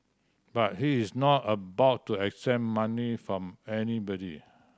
but he is not about to accept money from anybody